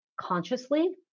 consciously